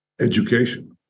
education